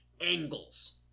angles